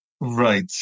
right